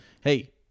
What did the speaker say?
Hey